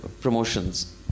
promotions